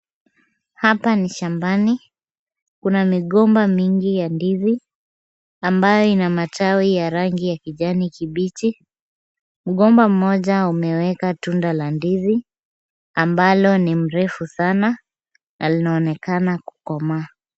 Hapa ni shambani. Kuna migomba mingi ya ndizi ambayo ina matawi ya rangi ya kijani kibichi. Mgomba mmoja umeweka tunda la ndizi ambalo ni refu sana na linaonekana kukomaa.